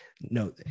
no